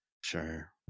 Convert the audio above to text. Sure